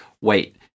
wait